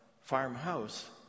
farmhouse